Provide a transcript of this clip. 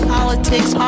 Politics